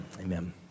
amen